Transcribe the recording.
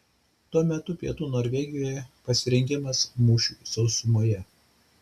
tuo metu pietų norvegijoje pasirengimas mūšiui sausumoje